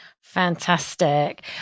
fantastic